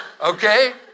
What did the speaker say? okay